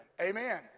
Amen